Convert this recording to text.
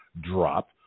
drop